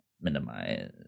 Minimize